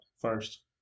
first